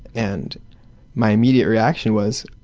and my immediate reaction was,